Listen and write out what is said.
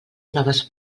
noves